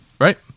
right